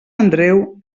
andreu